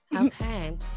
Okay